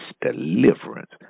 deliverance